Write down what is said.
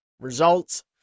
results